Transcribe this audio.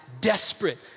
desperate